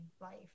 life